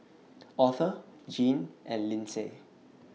Author Gene and Linsey